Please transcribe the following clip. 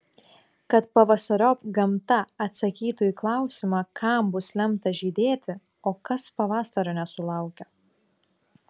kad pavasariop gamta atsakytų į klausimą kam bus lemta žydėti o kas pavasario nesulaukė